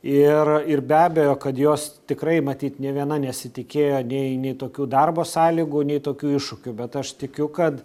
ir ir be abejo kad jos tikrai matyt nė viena nesitikėjo nei nei tokių darbo sąlygų nei tokių iššūkių bet aš tikiu kad